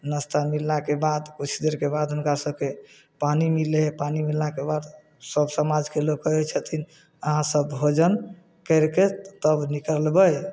नश्ता मिललाके बाद किछु देरके बाद हुनका सभके पानी मिलै हइ पानी मिललाके बाद सब समाजके लोक कहै छथिन अहाँसभ भोजन करिके तब निकलबै